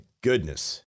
goodness